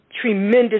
tremendous